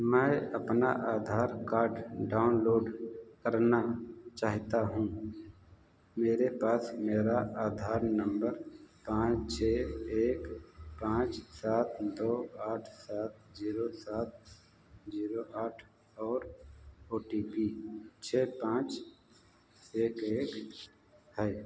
मैं अपना Aadhaar card download करना चाहता हूँ मेरे पास मेरा आधार नंबर पाँच छः एक पाँच सात दो आठ सात जीरो सात जीरो आठ और ओ टी पी छः पाँच एक एक है